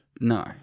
No